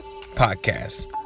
Podcast